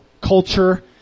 culture